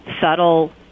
subtle